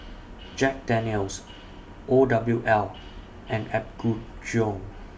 Jack Daniel's O W L and Apgujeong